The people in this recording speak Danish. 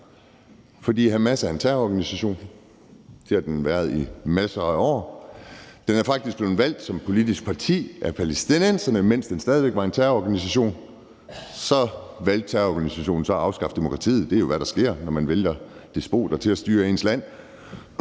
For Hamas er en terrororganisation. Det har den været i masser af år. Den er faktisk blevet valgt som politisk parti af palæstinenserne, mens den stadig væk var en terrororganisation. Så valgte terrororganisationen at afskaffe demokratiet. Det er jo, hvad der sker, når man vælger despoter til at styre ens land.